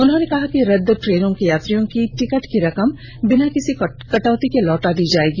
उन्होंने कहा कि रद्द ट्रेनों के यात्रियों के टिकट की रकम बिना किसी कटौती के लौटा दी जायेगी